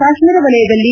ಕಾಶ್ನೀರ ವಲಯದಲ್ಲಿ